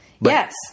Yes